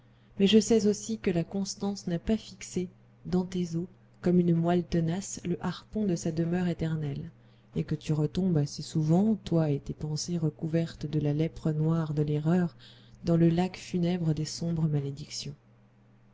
mais je sais aussi que la constance n'a pas fixé dans tes os comme une moelle tenace le harpon de sa demeure éternelle et que tu retombes assez souvent toi et tes pensées recouvertes de la lèpre noire de l'erreur dans le lac funèbre des sombres malédictions